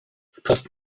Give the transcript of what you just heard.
wprost